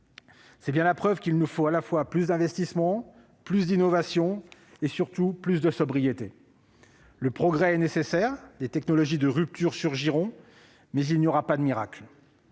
C'est bien la preuve qu'il nous faut à la fois plus d'investissements, plus d'innovation, et surtout plus de sobriété. Le progrès est nécessaire, des technologies de rupture surgiront, mais il n'y aura pas de miracle.